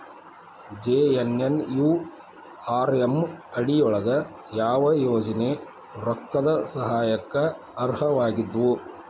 JNNURM ಅಡಿ ಯೊಳಗ ಯಾವ ಯೋಜನೆ ರೊಕ್ಕದ್ ಸಹಾಯಕ್ಕ ಅರ್ಹವಾಗಿದ್ವು?